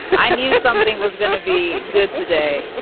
i knew something was going to be good today.